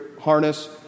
harness